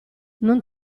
non